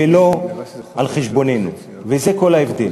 ולא על חשבוננו, וזה כל ההבדל.